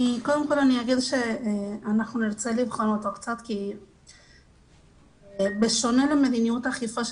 אני אומר שאנחנו נרצה לבחון אותו כי בשונה ממדיניות האכיפה,